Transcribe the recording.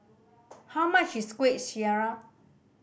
how much is Kuih Syara